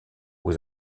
aux